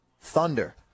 Thunder